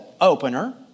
opener